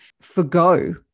forgo